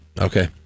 okay